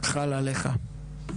חל עליך.